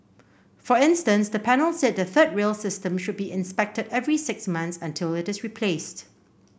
for instance the panel said the third rail system should be inspected every six months until it is replaced